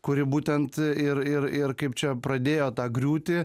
kuri būtent ir ir ir kaip čia pradėjo tą griūtį